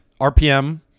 RPM